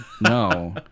no